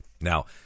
Now